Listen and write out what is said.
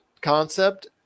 concept